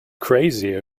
crazy